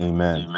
Amen